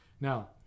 Now